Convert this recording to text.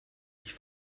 ich